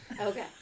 Okay